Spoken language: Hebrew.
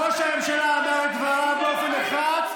ראש הממשלה אמר את דבריו באופן נחרץ,